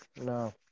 No